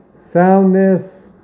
soundness